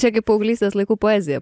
čia kaip paauglystės laikų poezija